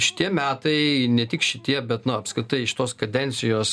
šitie metai ne tik šitie bet na apskritai šitos kadencijos